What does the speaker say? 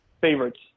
favorites